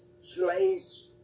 slaves